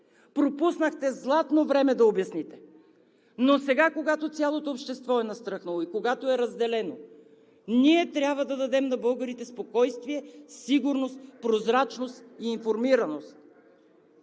Пропуснахте златно време да обясните! Но сега, когато цялото общество е настръхнало и когато е разделено, ние трябва да дадем на българите спокойствие, сигурност, прозрачност и информираност.